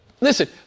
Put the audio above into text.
Listen